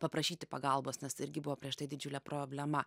paprašyti pagalbos nes tai irgi buvo prieš tai didžiulė problema